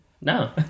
No